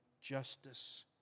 justice